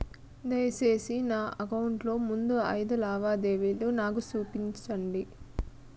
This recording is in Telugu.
దయసేసి నా అకౌంట్ లో ముందు అయిదు లావాదేవీలు నాకు చూపండి